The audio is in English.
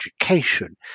education